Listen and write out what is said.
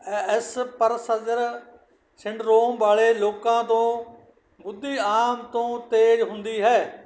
ਅ Asperger syndrome ਵਾਲੇ ਲੋਕਾਂ ਤੋਂ ਬੁੱਧੀ ਆਮ ਤੋਂ ਤੇਜ਼ ਹੁੰਦੀ ਹੈ